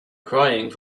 crying